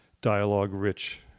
dialogue-rich